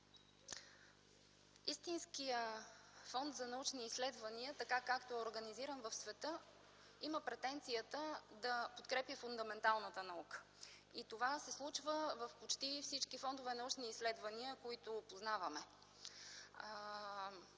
Истинският фонд за научни изследвания, така както е организиран в света, има претенцията да подкрепя фундаменталната наука, и това се случва в почти всички фондове за научни изследвания, които познаваме.